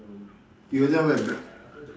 you don't have a bl~